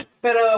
Pero